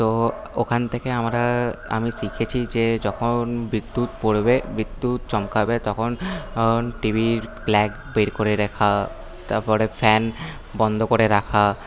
তো ওখান থেকে আমরা আমি শিখেছি যে যখন বিদ্যুৎ পড়বে বিদ্যুৎ চমকাবে তখন টিভির প্লাগ বের করে রাখা তারপরে ফ্যান বন্ধ করে রাখা